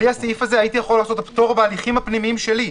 בלי הסעיף הזה הייתי יכול לעשות את הפטור בהליכים הפנימיים שלי.